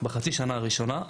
בחצי שנה הראשונה,